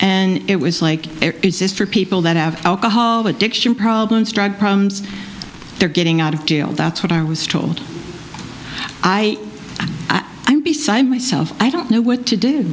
and it was like a sister people that have alcohol addiction problems drug problems they're getting out of jail that's what i was told i am beside myself i don't know what to do